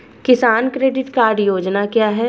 किसान credit card योजना क्या है?